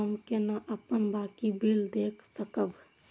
हम केना अपन बाँकी बिल देख सकब?